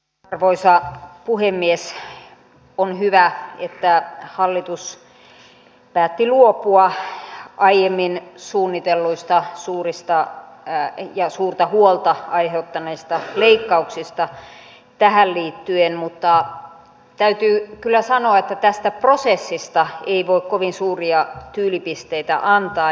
on hyvä että hallitus päätti luopua aiemmin suunnitelluista suurista ja suurta huolta aiheuttaneista leikkauksista tähän liittyen mutta täytyy kyllä sanoa että tästä prosessista ei voi kovin suuria tyylipisteitä antaa